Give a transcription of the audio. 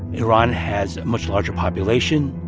iran has a much larger population,